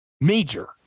major